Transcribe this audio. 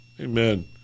Amen